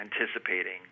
anticipating